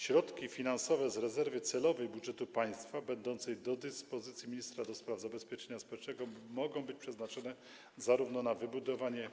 Środki finansowe z rezerwy celowej budżetu państwa będącej do dyspozycji ministra do spraw zabezpieczenia społecznego mogą być przeznaczone zarówno na wybudowanie